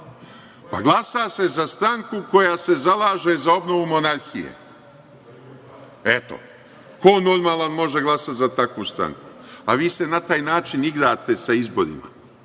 glasa.)Glasa se za stranku koja se zalaže za obnovu monarhije. Eto. Ko normalan može glasati za takvu stranku. A vi se na taj način igrate sa izborima.